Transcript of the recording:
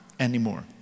anymore